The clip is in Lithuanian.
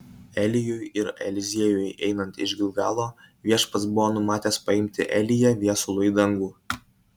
elijui ir eliziejui einant iš gilgalo viešpats buvo numatęs paimti eliją viesulu į dangų